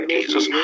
Jesus